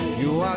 you